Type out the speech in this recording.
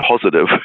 positive